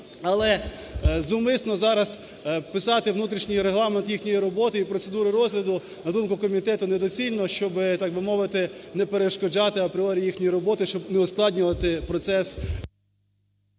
Але зумисно зараз писати внутрішній регламент їхньої роботи і процедури розгляду, на думку комітету, недоцільно, щоб, так би мовити, не перешкоджати апріорі їхньої роботі, щоб не ускладнювати процес…